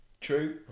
True